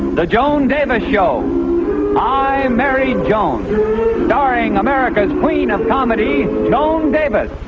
the joan davis show i am married joan starring america's queen of comedy. joan daybut